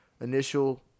initial